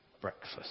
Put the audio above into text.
breakfast